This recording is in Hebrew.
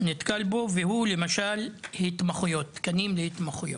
והוא תקנים להתמחויות,